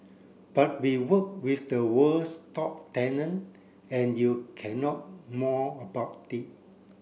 but we work with the world's top talent and you cannot moan about it